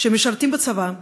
שמשרתים בצבא,